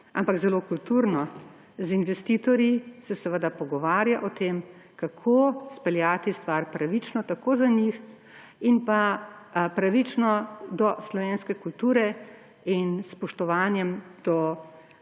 ampak zelo kulturno; z investitorji se seveda pogovarja o tem, kako izpeljati stvar pravično tako za njih in pa pravično do slovenske kulture in spoštovanjem do